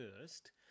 first